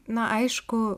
na aišku